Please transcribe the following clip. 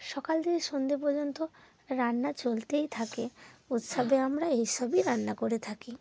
সকাল থেকে সন্ধ্যে পর্যন্ত রান্না চলতেই থাকে উৎসবে আমরা এই সবই রান্না করে থাকি